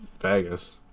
Vegas